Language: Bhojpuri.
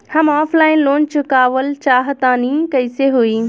हम ऑफलाइन लोन चुकावल चाहऽ तनि कइसे होई?